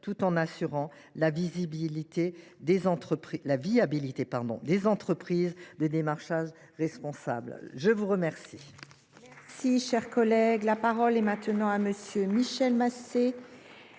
tout en assurant la viabilité des entreprises de démarchage responsables. La parole